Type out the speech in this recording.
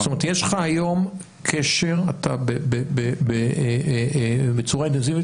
זאת אומרת יש לך קשר בצורה אינטנסיבית